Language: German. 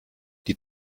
die